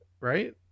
Right